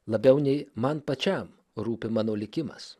labiau nei man pačiam rūpi mano likimas